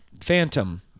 phantom